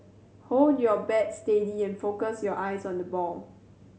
hold your bat steady and focus your eyes on the ball